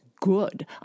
good